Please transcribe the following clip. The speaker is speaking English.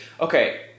okay